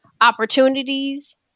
opportunities